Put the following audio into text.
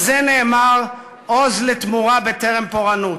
על זה נאמר "עוז לתמורה בטרם פורענות".